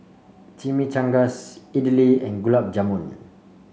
Chimichangas Idili and Gulab Jamun